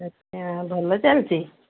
ଆଚ୍ଛା ଭଲ ଚାଲିଛି